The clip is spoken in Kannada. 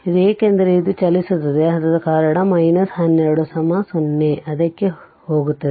ಇದು ಏಕೆಂದರೆ ಇವು ಚಲಿಸುತ್ತಿವೆ 12 0 ಇದಕ್ಕೆ ಹೋಗುತ್ತದೆ